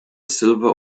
silver